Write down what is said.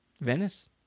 venice